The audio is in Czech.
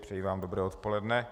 Přeji vám dobré odpoledne.